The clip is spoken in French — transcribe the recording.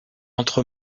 entre